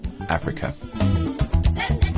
Africa